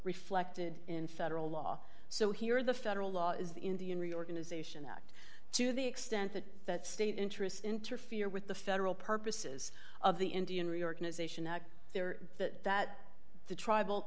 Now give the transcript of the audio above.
reflected in federal law so here the federal law is the indian reorganization act to the extent that that state interests interfere with the federal purposes of the indian reorganization act there that that the tribal